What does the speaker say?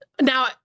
Now